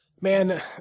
Man